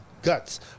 guts